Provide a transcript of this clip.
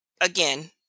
again